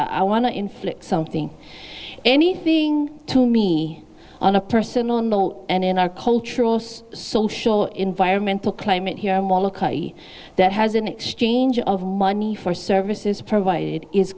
i want to inflict something anything to me on a personal and in our cultural social environmental climate here that has an exchange of money for services provided is